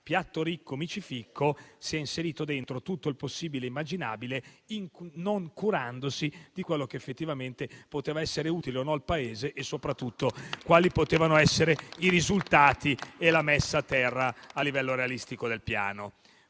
piatto ricco: mi ci ficco! - si è inserito dentro tutto il possibile e l'immaginabile, non curandosi di quello che effettivamente poteva essere utile o meno al Paese e soprattutto di quali potevano essere i risultati e la messa a terra, a livello realistico, del Piano.